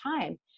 time